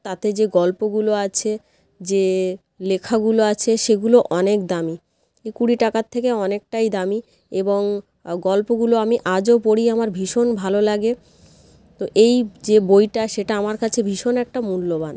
তাতে যে গল্পগুলো আছে যে লেখাগুলো আছে সেগুলো অনেক দামি এই কুড়ি টাকার থেকে অনেকটাই দামি এবং গল্পগুলো আমি আজও পড়ি আমার ভীষণ ভালো লাগে তো এই যে বইটা সেটা আমার কাছে ভীষণ একটা মূল্যবান